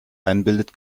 einbildet